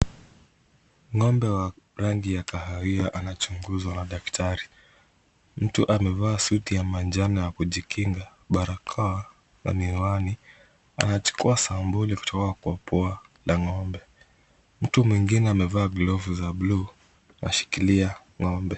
Ng’ombe wa rangi ya kahawia wanachunguzwa na daktari. Mtu mmoja amevaa suti ya manjano ya kujikinga, barakoa na miwani, akichukua sampuli kutoka pua ya ng’ombe, mtu mwingine amevaa glovu za buluu akishikilia ng’ombe.